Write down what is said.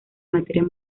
material